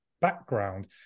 background